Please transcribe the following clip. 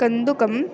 कन्दुकम्